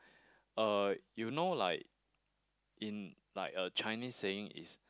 uh you know like in like a Chinese saying is